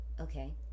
Okay